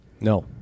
No